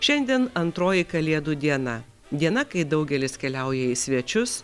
šiandien antroji kalėdų diena diena kai daugelis keliauja į svečius